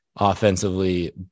offensively